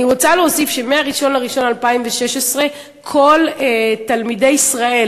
אני רוצה להוסיף שמ-1 בינואר 2016 כל תלמידי ישראל